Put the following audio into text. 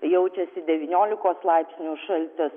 jaučiasi devyniolikos laipsnių šaltis